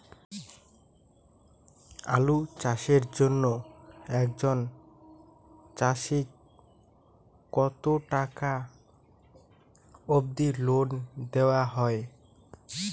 আলু চাষের জন্য একজন চাষীক কতো টাকা অব্দি লোন দেওয়া হয়?